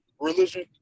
religion